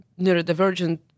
neurodivergent